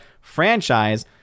franchise